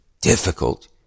difficult